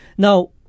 Now